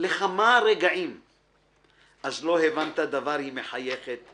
לכמה רגעים/ אז לא הבנת דבר היא מחייכת/